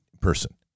person